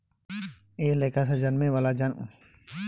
एह लेखा से जन्में वाला जानवर ढेरे बरियार होखेलन सन